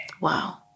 Wow